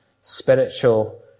spiritual